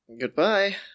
Goodbye